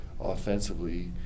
offensively